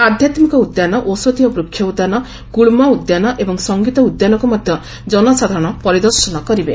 ଆଧ୍ୟାତ୍ମିକ ଉଦ୍ୟାନ ଔଷଧିୟ ବୃକ୍ଷ ଉଦ୍ୟାନ ଗୁଳ୍କ ଉଦ୍ୟାନ ଏବଂ ସଙ୍ଗୀତ ଉଦ୍ୟାନକୁ ମଧ୍ୟ ଜନସାଧାରଣ ପରିଦର୍ଶନ କରିବେ